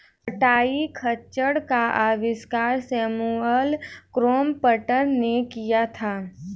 कताई खच्चर का आविष्कार सैमुअल क्रॉम्पटन ने किया था